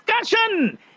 discussion